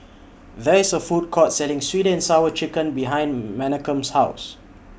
There IS A Food Court Selling Sweet and Sour Chicken behind Menachem's House